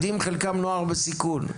חלקם הם נוער בסיכון.